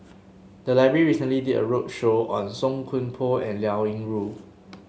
the library recently did a roadshow on Song Koon Poh and Liao Yingru